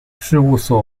事务所